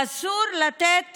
ואסור לתת